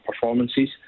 performances